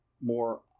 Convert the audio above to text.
more